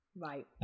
Right